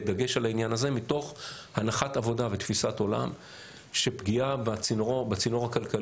בדגש על העניין הזה מתוך הנחת עבודה ותפיסת עולם שפגיעה בצינור הכלכלי